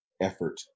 effort